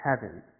heaven